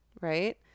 right